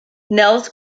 nels